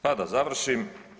Pa da završim.